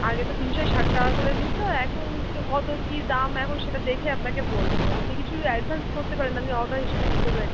আগে তো তিনশো ষাট টাকা করে নিতো এখন কত কী দাম এখন সেটা দেখে আপনাকে বলব আপনি কিছু অ্যাডভান্স করতে পারেন আমি অর্ডার হিসেবে নিতে পারি